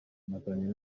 byatangajwe